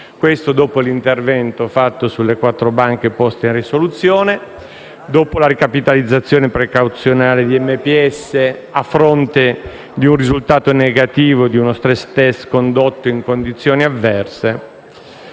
dopo l'intervento fatto sulle quattro banche poste in risoluzione e dopo la ricapitalizzazione precauzionale del Monte dei Paschi di Siena a fronte del risultato negativo di uno *stress test* condotto in condizioni avverse.